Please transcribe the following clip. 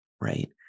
right